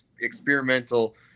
experimental